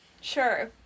Sure